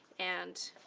and